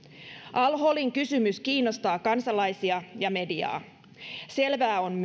al holin kysymys kiinnostaa kansalaisia ja mediaa selvää on